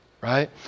right